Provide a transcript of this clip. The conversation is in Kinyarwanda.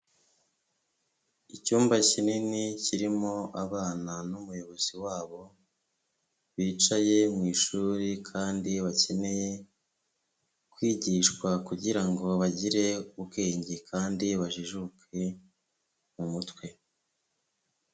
Icyumba kinini kirimo abana n'umuyobozi wabo, bicaye mu ishuri kandi bakeneye kwigishwa kugira ngo bagire ubwenge kandi bajijuke mu mutwe.